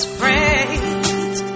prayed